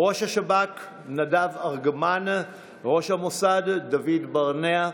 ראש השב"כ נדב ארגמן, ראש המוסד דוד ברנע,